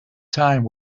time